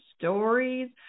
stories